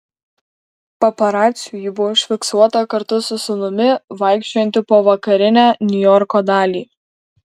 paparacių ji buvo užfiksuota kartu su sūnumi vaikščiojanti po vakarinę niujorko dalį